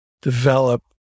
develop